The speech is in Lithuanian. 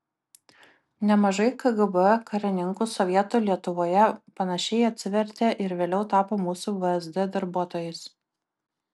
nemažai kgb karininkų sovietų lietuvoje panašiai atsivertė ir vėliau tapo mūsų vsd darbuotojais